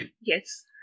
Yes